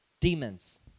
demons